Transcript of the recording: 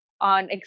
on